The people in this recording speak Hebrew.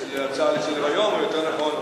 בהרחבה יתירה, להצעה לסדר-היום, או יותר נכון,